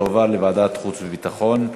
תועבר לוועדת חוץ וביטחון.